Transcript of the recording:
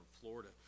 Florida